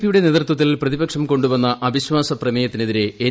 പിയുടെ നേതൃത്വത്തിൽ പ്രതിപക്ഷം കൊണ്ടുവന്ന അവിശ്വാസ പ്രമേയത്തിനെതിരെ എൻ